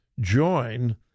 join